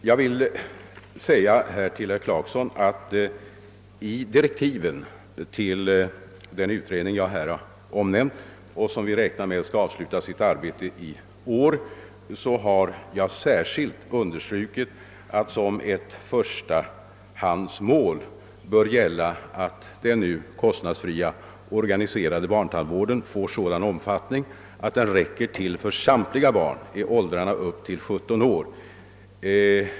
Jag vill till herr Clarkson säga att jag i direktiven till den utredning, som jag omnämnt och som beräknas avsluta sitt arbete i år, särskilt understrukit att som ett förstahands mål bör gälla att den nu kostnadsfria organiserade barntandvården får sådan omfattning, att den räcker till för samtliga barn upp till åldern 17 år.